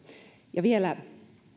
vielä